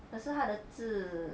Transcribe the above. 可是它的汁